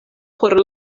por